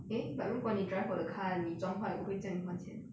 eh but 如果你 drive 我的 car 你撞坏我会叫你还钱